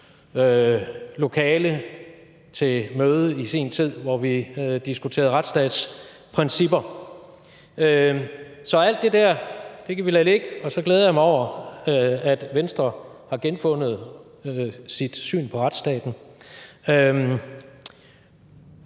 lokale til møde i sin tid, hvor vi diskuterede retsstatsprincipper. Så alt det der kan vi lade ligge, og så glæder jeg mig over, at Venstre har genfundet sit syn på retsstaten.